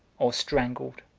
or strangled,